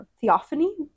Theophany